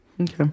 Okay